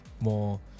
more